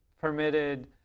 permitted